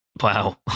wow